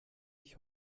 ich